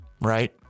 right